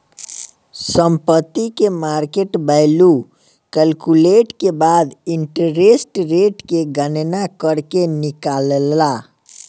संपत्ति के market value calculate के बाद इंटरेस्ट रेट के गणना करके निकालाला